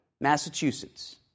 Massachusetts